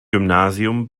gymnasium